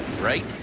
Right